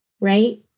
Right